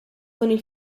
col